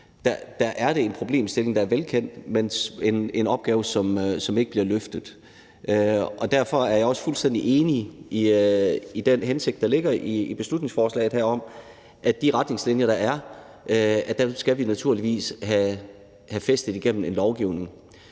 er en problemstilling, men at det er en opgave, der ikke bliver løftet. Derfor er jeg også fuldstændig enig i den hensigt, der ligger i beslutningsforslaget, nemlig at de retningslinjer, der er, skal vi naturligvis have fæstet i en lovgivning.